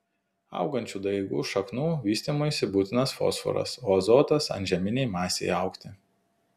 augančių daigų šaknų vystymuisi būtinas fosforas o azotas antžeminei masei augti